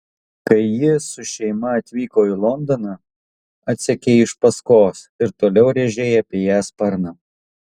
kai ji su šeima atvyko į londoną atsekei iš paskos ir toliau rėžei apie ją sparną